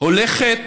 הולכת